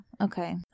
okay